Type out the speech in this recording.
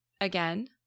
again